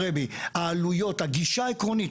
העלויות, הגישה העקרונית.